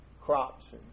crops